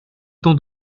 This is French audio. temps